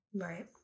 Right